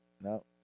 No